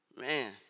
man